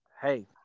hey